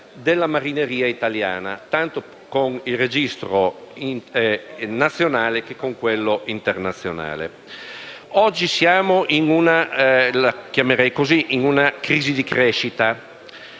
della marineria italiana tanto con il registro nazionale che con quello internazionale. Oggi attraversiamo una